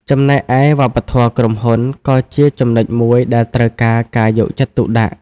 ចំណែកឯ វប្បធម៌ក្រុមហ៊ុន ក៏ជាចំណុចមួយដែលត្រូវការការយកចិត្តទុកដាក់។